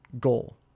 goal